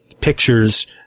pictures